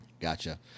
Gotcha